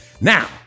Now